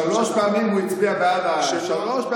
שלוש פעמים הוא הצביע בעד הגירוש.